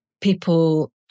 people